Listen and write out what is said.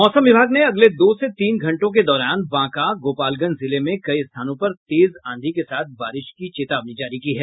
मौसम विभाग ने अगले दो से तीन घंटों के दौरान बांका गोपालगंज जिले में कई स्थानों पर तेज आंधी के साथ बारिश की चेतावनी जारी की है